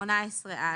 בסעיף 18א,